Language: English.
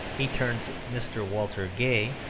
he turns mr. walter gay,